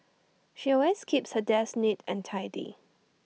she always keeps her desk neat and tidy